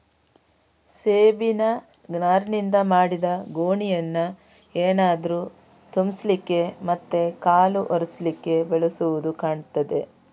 ಸೆಣಬಿನ ನಾರಿನಿಂದ ಮಾಡಿದ ಗೋಣಿಯನ್ನ ಏನಾದ್ರೂ ತುಂಬಿಸ್ಲಿಕ್ಕೆ ಮತ್ತೆ ಕಾಲು ಒರೆಸ್ಲಿಕ್ಕೆ ಬಳಸುದು ಕಾಣ್ತದೆ